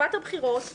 בתקופת הבחירות מודיע: